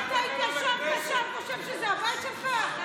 מה, אתה התיישבת שם אז אתה חושב שזה הבית שלך?